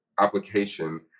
application